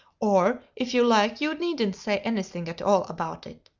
or, if you like, you needn't say anything at all about it,